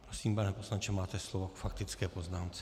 Prosím, pane poslanče, máte slovo faktické poznámce.